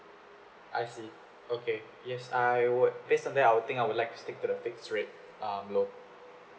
I see okay yes I would based on that I'll think I would like to stick to the fixed rate um loan